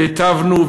והטבנו,